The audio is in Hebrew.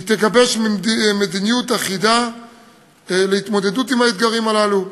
היא תגבש מדיניות אחידה להתמודדות עם האתגרים הללו.